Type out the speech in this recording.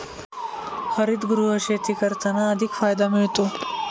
हरितगृह शेती करताना अधिक फायदा मिळतो